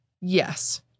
Yes